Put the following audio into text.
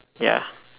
ya